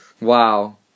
Wow